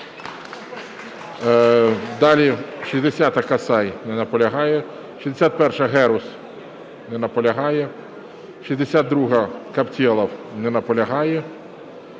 Далі. 60-а, Касай. Не наполягає. 61-а, Герус. Не наполягає. 62-а, Каптелов. Не наполягає.